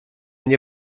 nie